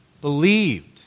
believed